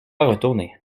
retourner